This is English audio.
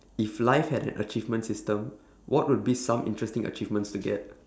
if life had a achievement system what would be some interesting achievements to get